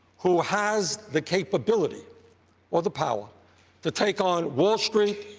who has the capability or the power to take on wall street,